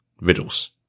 riddles